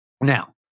Now